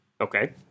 Okay